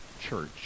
church